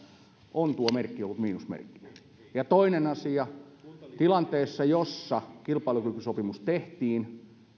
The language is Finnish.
on tuo merkki ollut miinusmerkkinen ja toinen asia tilanteesta jossa kilpailukykysopimus tehtiin